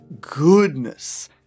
Goodness